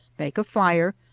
make a fire,